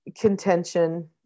contention